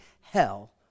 hell